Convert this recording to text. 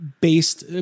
based